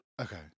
Okay